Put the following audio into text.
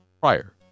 prior